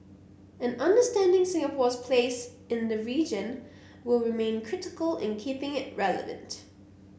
and understanding Singapore's place in the region will remain critical in keeping it relevant